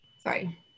sorry